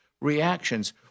reactions